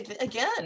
again